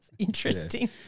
interesting